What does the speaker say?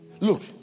Look